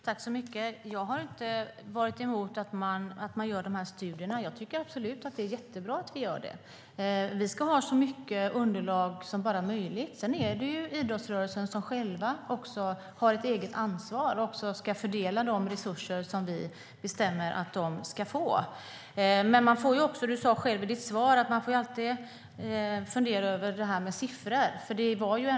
Fru talman! Jag har inte varit emot dessa studier. Jag tycker absolut att det är jättebra att man gör dem. Man ska ha så mycket underlag som det bara är möjligt. Sedan är det idrottsrörelsen som har ett eget ansvar för att fördela de resurser som vi beslutar att den ska få. Du sade själv i ditt svar att man alltid får fundera över detta med siffror.